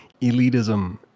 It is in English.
elitism